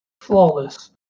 flawless